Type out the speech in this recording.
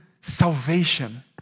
salvation